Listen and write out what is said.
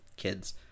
kids